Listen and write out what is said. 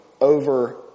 over